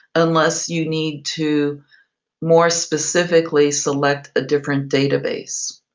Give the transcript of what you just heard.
unless you need to more specifically select a different data base.